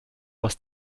aus